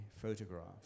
photographs